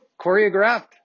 choreographed